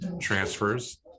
transfers